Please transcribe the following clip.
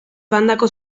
bandako